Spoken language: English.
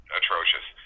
atrocious